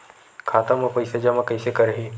खाता म पईसा जमा कइसे करही?